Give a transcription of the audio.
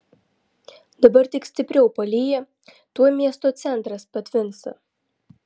dabar tik stipriau palyja tuoj miesto centras patvinsta